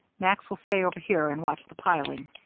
max will stay over here and watch the piling.